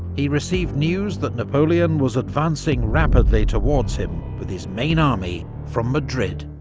he received news that napoleon was advancing rapidly towards him, with his main army, from madrid.